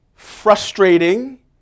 frustrating